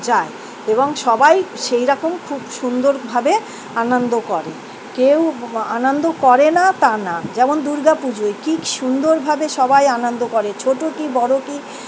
যায় এবং সবাই সেই রকম খুব সুন্দরভাবে আনন্দ করে কেউ আনন্দ করে না তা না যেমন দুর্গাপুজোয় কী সুন্দরভাবে সবাই আনন্দ করে ছোটো কি বড়ো কি